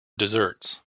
deserts